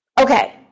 Okay